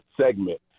segment